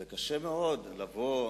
זה קשה מאוד לבוא,